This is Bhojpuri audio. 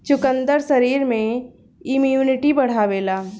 चुकंदर शरीर में इमुनिटी बढ़ावेला